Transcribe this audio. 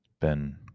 Ben